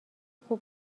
خوب